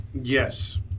yes